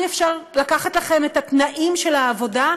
אי-אפשר לקחת לכם את התנאים של העבודה,